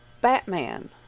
Batman